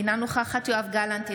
אינה נוכחת יואב גלנט,